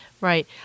Right